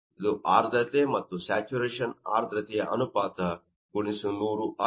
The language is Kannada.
ಇದು ಆರ್ದ್ರತೆ ಮತು ಸ್ಯಾಚುರೇಶನ್ ಆರ್ದ್ರತೆಯ ಅನುಪಾತ ಗುಣಿಸು 100 ಆಗಿದೆ